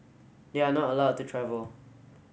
they are not allowed to travel